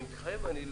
מתחייב אני.